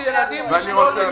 וגם בילדים בסיכון,